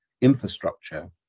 infrastructure